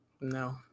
No